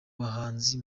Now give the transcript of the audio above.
bahanzi